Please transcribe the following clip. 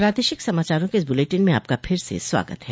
प्रादेशिक समाचारों के इस बुलेटिन में आपका फिर से स्वागत है